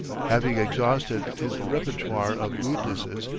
having exhausted his repertoire of rudenesses,